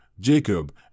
jacob